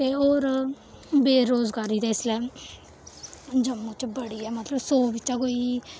ते होर बेरोजगारी ते इसलै जम्मू च बड़ी ऐ मतलब सौ बिच्चा कोई